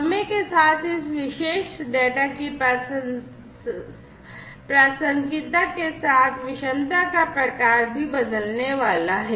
समय के साथ इस विशेष डेटा की प्रासंगिकता के साथ विषमता का प्रकार भी बदलने वाला है